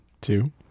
Two